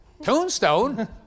tombstone